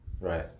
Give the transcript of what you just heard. Right